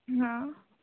हां